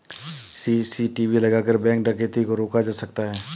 CCTV लगाकर bank डकैती को रोका जा सकता है